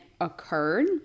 occurred